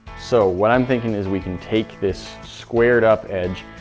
so what i'm thinking is we can take this squared up edge,